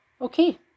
Okay